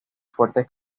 fuertes